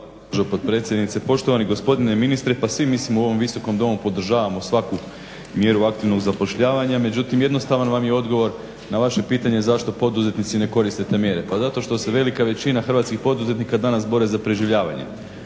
gospođo potpredsjednice. Poštovani gospodine ministre pa svi mislimo u ovom Visokom domu, podržavamo svaku mjeru aktivnog zapošljavanja međutim jednostavan vam je odgovor na vaše pitanje zašto poduzetnici ne koriste te mjere. Pa zato što se velika većina hrvatskih poduzetnika danas bore za preživljavanje.